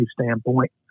standpoint